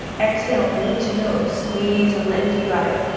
exhale, knee to nose. squeeze and lift, you got it.